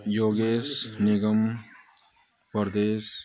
Yogesh Nigam Pradesh